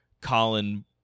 Colin